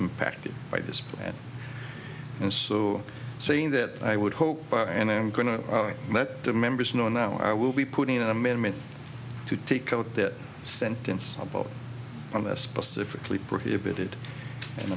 impacted by this and so saying that i would hope and i'm going to let the members know now i will be putting in an amendment to take out that sentence about on this specifically prohibited and